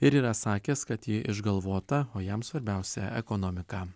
ir yra sakęs kad ji išgalvota o jam svarbiausia ekonomika